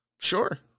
sure